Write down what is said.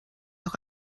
auch